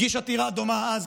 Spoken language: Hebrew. הוא הגיש עתירה דומה אז,